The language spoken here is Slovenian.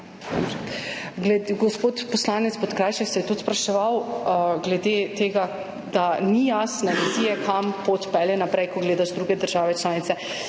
Gospod poslanec Podkrajšek se je spraševal tudi glede tega, da ni jasne vizije, kam pot pelje naprej, ko gledaš druge države članice.